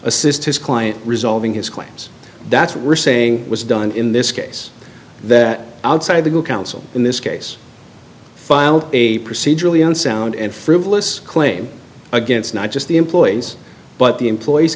assist his client resolving his claims that's what we're saying was done in this case that outside of the will counsel in this case filed a procedurally unsound and frivolous claim against not just the employees but the employees